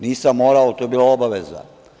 Nisam morao, ali to je bila obaveza.